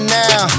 now